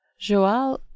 Joal